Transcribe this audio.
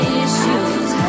issues